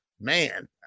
man